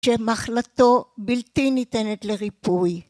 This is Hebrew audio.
שמחלתו בלתי ניתנת לריפוי